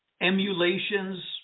emulations